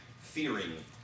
fearing